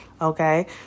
Okay